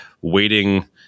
waiting